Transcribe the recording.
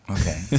Okay